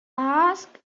ask